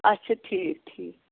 اَچھا ٹھیٖک ٹھیٖک